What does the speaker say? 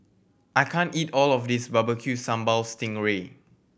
I can't eat all of this Barbecue Sambal sting ray